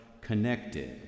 connected